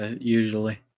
usually